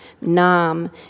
Nam